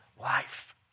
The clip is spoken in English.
life